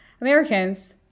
Americans